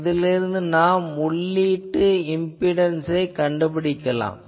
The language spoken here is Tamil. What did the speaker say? இதிலிருந்து ஆன்டெனாவின் உள்ளீட்டு இம்பிடன்ஸ் கண்டுபிடிக்கலாம்